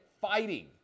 fighting